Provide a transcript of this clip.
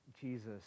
Jesus